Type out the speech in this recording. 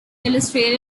illustrated